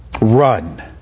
Run